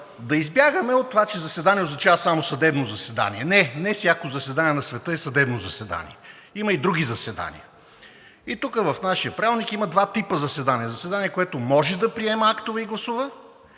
да избягаме от това, че заседание означава само съдебно заседание – не, не всяко заседание на света е съдебно заседание. Има и други заседания, и тук в нашия Правилник има два типа заседания – заседание, което може да приема актове и гласува,